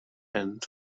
and